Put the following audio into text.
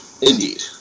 Indeed